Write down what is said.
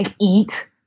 eat